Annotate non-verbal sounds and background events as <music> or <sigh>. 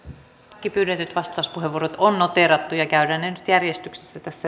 kaikki pyydetyt vastauspuheenvuorot on noteerattu ja käydään ne nyt järjestyksessä tässä <unintelligible>